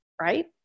Right